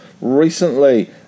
Recently